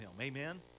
Amen